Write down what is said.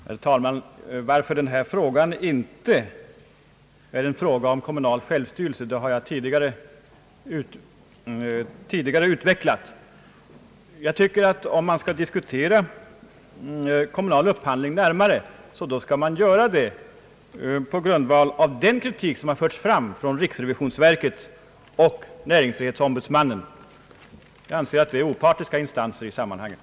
Herr talman! Varför den här frågan inte är en fråga om kommunal självstyrelse har jag tidigare utvecklat. Om man skall diskutera kommunal upphandling närmare, skall man göra det på grundval av den kritik, som förts fram av riksrevisionsverket och näringsfrihetsombudsmannen. Jag anser att dessa instanser är opartiska i sammanhanget.